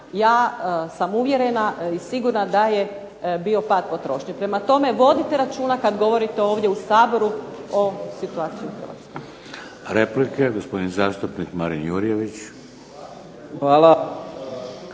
ja sam uvjerena i sigurna da je bio pad potrošnje. Prema tome, vodite računa kad govorite ovdje u Saboru o situaciji u Hrvatskoj. **Šeks, Vladimir (HDZ)** Replika, gospodin zastupnik Marin Jurjević.